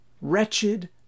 Wretched